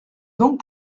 donc